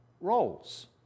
roles